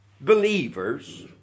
believers